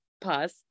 pause